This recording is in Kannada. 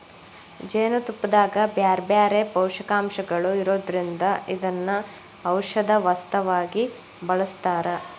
ಜೇನುತುಪ್ಪದಾಗ ಬ್ಯಾರ್ಬ್ಯಾರೇ ಪೋಷಕಾಂಶಗಳು ಇರೋದ್ರಿಂದ ಇದನ್ನ ಔಷದ ವಸ್ತುವಾಗಿ ಬಳಸ್ತಾರ